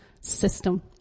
system